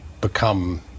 become